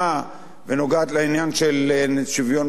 ונוגעת בעניין של שוויון בנטל,